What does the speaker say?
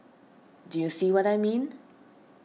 do you see what I mean